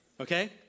okay